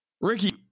Ricky